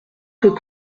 peut